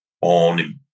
on